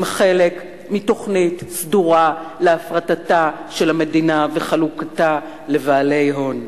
הם חלק מתוכנית סדורה להפרטתה של המדינה וחלוקתה לבעלי הון.